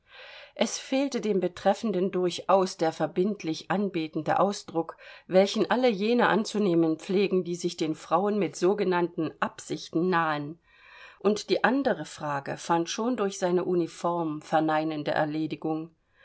es fehlte dem betreffenden durchaus der verbindlich anbetende ausdruck welchen alle jene anzunehmen pflegen die sich den frauen mit sogenannten absichten nahen und die andere frage fand schon durch seine uniform verneinende erledigung